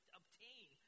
obtain